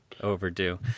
Overdue